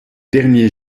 dernier